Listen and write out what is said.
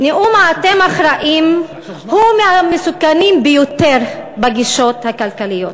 נאום ה"אתם אחראים" הוא מהמסוכנים ביותר בגישות הכלכליות,